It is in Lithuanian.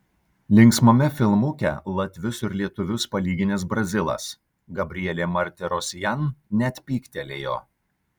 linksmame filmuke latvius ir lietuvius palyginęs brazilas gabrielė martirosian net pyktelėjo